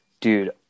Dude